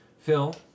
Phil